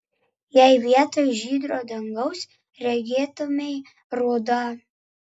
jei vietoj žydro dangaus regėtumei rudą